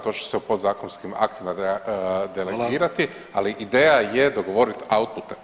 To će se podzakonskim aktima delegirati, ali ideja je dogovoriti outputem.